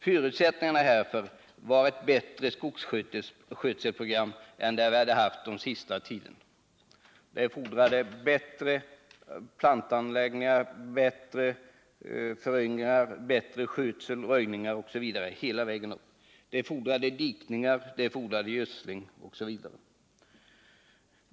Förutsättningen härför var ett bättre skogsskötselprogram än vad vi hade haft under den närmast föregående tiden. Det fordrades genomgående förbättrade insatser avseende plantanläggningar, föryngringar, skogsskötsel, röjningar, dikning, gödsling osv.